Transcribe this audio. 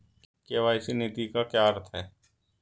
KYC नीति का क्या अर्थ है?